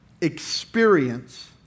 experience